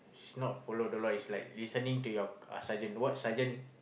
it's not follow the law it's like listening to your uh sergeant what sergeant